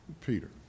Peter